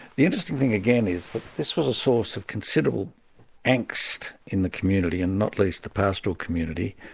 the interesting thing again is that this was a source of considerable angst in the community, and not least the pastoral community,